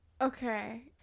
Okay